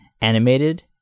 animated